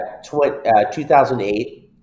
2008